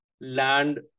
land